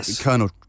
Colonel